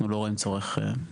אנחנו לא רואים צורך להרחיב.